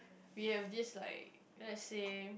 we have this like let's say